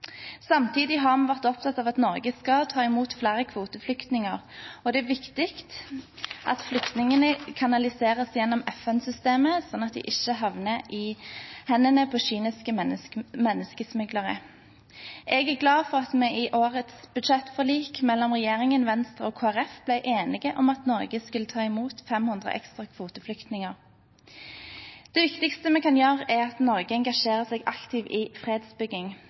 Samtidig har vi vært opptatt av at Norge skal ta imot flere kvoteflyktninger, og det er viktig at flyktningene kanaliseres gjennom FN-systemet, slik at de ikke havner i hendene på kyniske menneskesmuglere. Jeg er glad for at vi i årets budsjettforlik mellom regjeringen, Venstre og Kristelig Folkeparti ble enige om at Norge skulle ta imot 500 ekstra kvoteflyktninger. Det viktigste Norge kan gjøre, er å engasjere seg aktivt i fredsbygging,